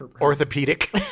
orthopedic